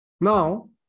Now